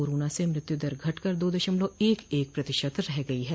corona से मृत्युदर घटकर दो दशमलव एक एक प्रतिशत रह गई है